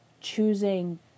choosing